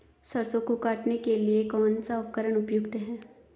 सरसों को काटने के लिये कौन सा उपकरण उपयुक्त है?